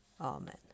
Amen